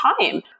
time